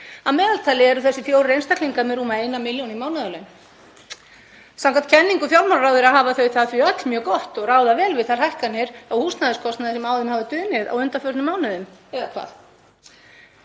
Að meðaltali eru þessir fjórir einstaklingar með rúma eina milljón í mánaðarlaun. Samkvæmt kenningum fjármálaráðherra hafa þau það því öll mjög gott og ráða vel við þær hækkanir á húsnæðiskostnaði sem á þeim hafa dunið á undanförnum mánuðum, eða hvað?